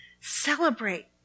Celebrate